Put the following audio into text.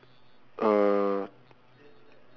uh